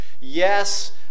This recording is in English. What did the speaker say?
yes